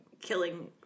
killing